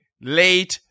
late